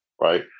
right